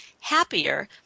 happier